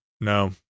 No